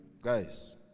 guys